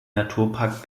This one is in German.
naturpark